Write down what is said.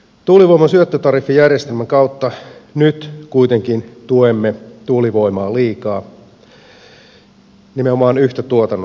tuulivoiman syöttötariffijärjestelmän kautta nyt kuitenkin tuemme tuulivoimaa liikaa nimenomaan yhtä tuotannonalaa